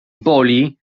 boli